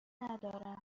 ندارم